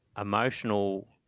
emotional